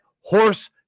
horse